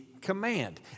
command